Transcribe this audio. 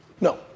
No